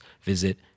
visit